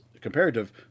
comparative